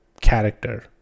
character